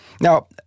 Now